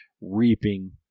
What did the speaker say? reaping